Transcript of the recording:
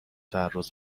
تعرض